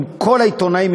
עם כל העיתונאים,